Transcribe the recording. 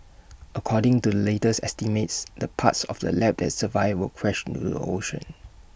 according to the latest estimates the parts of the lab that survive will crash into the ocean